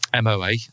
MOA